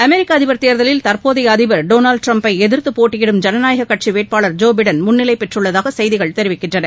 அமெிக்க அதிபர் தேர்தலில் தற்போதைய அதிபர் டொனால்ட் டிரம்ப் ஐ எதிர்த்து போட்டியிடும் ஜனநாயக கட்சி வேட்பாளர் ஜோ பிடன் முன்னிலை பெற்றுள்ளதாக செய்திகள் தெரிவிக்கின்றன